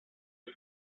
des